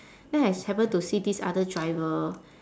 then I happen to see this other driver